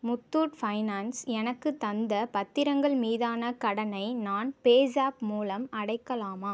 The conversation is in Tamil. முத்துாட் ஃபைனான்ஸ் எனக்கு தந்த பத்திரங்கள் மீதான கடனை நான் பேஸாப் மூலம் அடைக்கலாமா